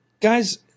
guys